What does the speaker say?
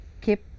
keep